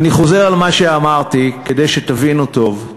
אני חוזר על מה שאמרתי, כדי שתבינו טוב: